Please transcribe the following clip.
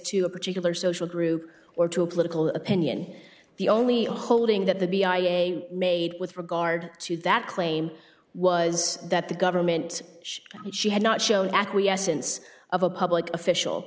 to a particular social group or to a political opinion the only holding that the b i a made with regard to that claim was that the government she had not shown acquiescence of a public